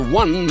one